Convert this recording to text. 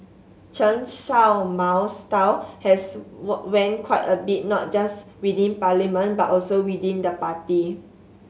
Chen Mao's style has waned quite a bit not just within parliament but also within the party